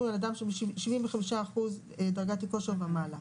על אדם שהוא ב-75% דרגת אי-כושר ומעלה.